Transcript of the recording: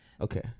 Okay